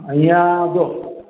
અહિયાં જો